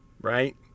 right